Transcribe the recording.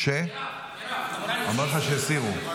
אמרה שהסירו.